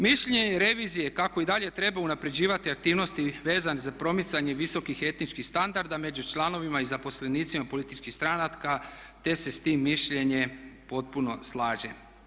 Mišljenje revizije kako i dalje treba unaprjeđivati aktivnosti vezane za promicanje visokih etničkih standarda među članovima i zaposlenicima političkih stranaka te se s tim mišljenjem potpuno slažem.